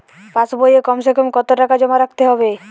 পাশ বইয়ে কমসেকম কত টাকা জমা রাখতে হবে?